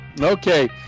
okay